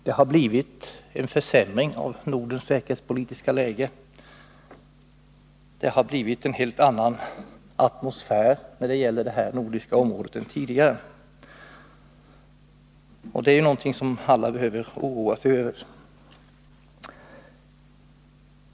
Det har blivit en försämring av Nordens säkerhetspolitiska läge. Det har på senare tid blivit en helt annan atmosfär än tidigare när det gäller det nordiska området. Och det är någonting som alla behöver oroa sig över.